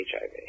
HIV